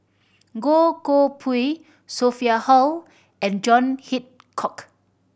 Goh Koh Pui Sophia Hull and John Hitchcock